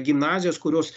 gimnazijas kurios